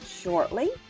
shortly